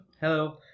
Hello